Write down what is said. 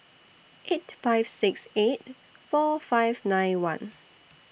eight five six eight four five nine one